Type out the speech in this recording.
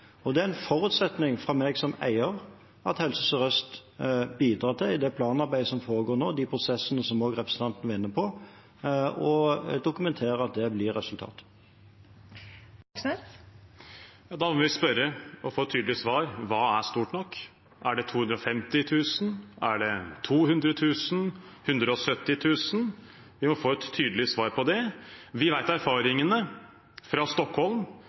Det er det en forutsetning for meg som eier at Helse Sør-Øst bidrar til i planarbeidet som foregår nå, og i de prosessene som også representanten var inne på, og dokumenterer at blir resultatet. Da må vi spørre – og få et tydelig svar: Hva er stort nok? Er det 250 000? Er det 200 000? 170 000? Vi må få et tydelig svar på det. Vi vet hva erfaringene er fra Stockholm,